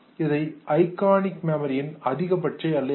இது iconic memory ன் அதிகபட்ச எல்லையாகும்